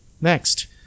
next